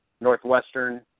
Northwestern